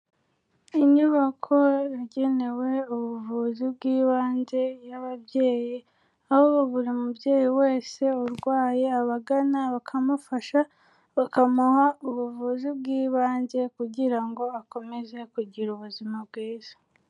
Inyubako yagenewe ubuvuzi bw'ibanze y'ababyeyi, aho buri mubyeyi wese urwaye abagana bakamufasha, bakamuha ubuvuzi bw'ibanze kugira ngo akomeze kugira ubuzima bwiza.